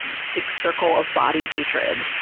sick circle of body hatred,